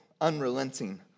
unrelenting